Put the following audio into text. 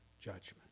judgment